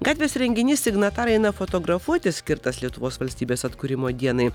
gatvės renginys signatarai eina fotografuotis skirtas lietuvos valstybės atkūrimo dienai